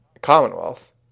Commonwealth